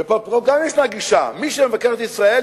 ופה גם יש גישה: מי שמבקר את ישראל,